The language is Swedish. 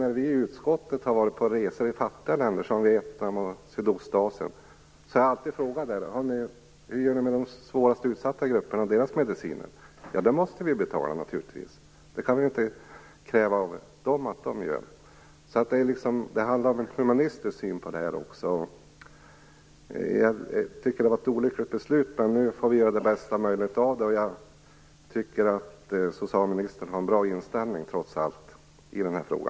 När utskottet har varit på resor i fattiga länder, t.ex. i Sydostasien, har jag frågat hur man där gör med de svårast utsatta grupperna och deras mediciner. Då har jag fått svaret att man betalar medicinen för dessa grupper. Det handlar om att ha en humanistisk syn på detta. Det var ett olyckligt beslut som fattades, men nu får vi göra det bästa möjliga av det. Och jag tycker trots allt att socialministern har en bra inställning i denna fråga.